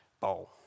bowl